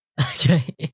Okay